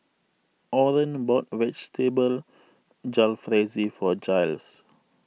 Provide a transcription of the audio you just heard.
Orren bought Vegetable Jalfrezi for Jiles